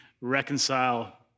reconcile